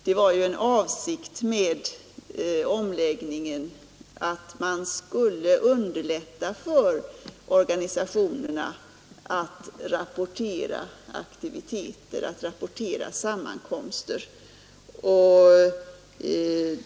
Det fanns en avsikt med omläggningen, nämligen att man skulle underlätta för organisationerna att rapportera aktiviteter och sammankomster.